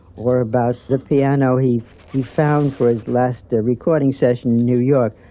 or about the piano he he found for his last recording session in new york,